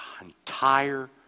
entire